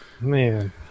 Man